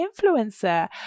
influencer